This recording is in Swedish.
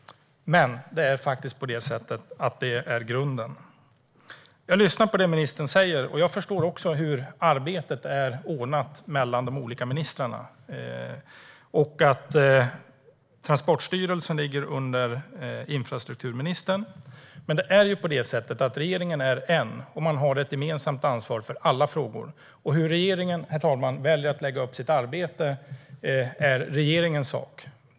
Det är faktiskt på det sättet att detta är grunden. Jag lyssnar på det ministern säger, och jag förstår hur arbetet är ordnat mellan de olika ministrarna. Jag förstår att Transportstyrelsen ligger under infrastrukturministern. Men det är ju på det sättet att regeringen är en , och den har ett gemensamt ansvar för alla frågor. Hur regeringen väljer att lägga upp sitt arbete, herr talman, är regeringens sak.